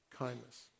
Kindness